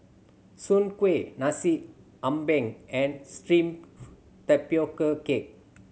soon kway Nasi Ambeng and steamed tapioca cake